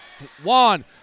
Juan